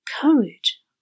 Courage